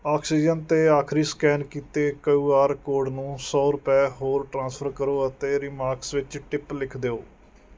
oxygen 'ਤੇ ਆਖਰੀ scan ਕੀਤੇ ਕਿਯੂ ਆਰ ਕੋਡ ਨੂੰ ਸੌ ਰੁਪਏ ਹੋਰ ਟ੍ਰਾਂਸਫਰ ਕਰੋ ਅਤੇ ਰੀਮਾਕਸ ਵਿੱਚ ਟਿਪ ਲਿਖ ਦਿਓ